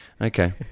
Okay